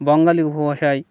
বঙ্গালী উপভাষায়